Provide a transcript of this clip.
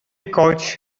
couch